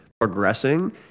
progressing